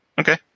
Okay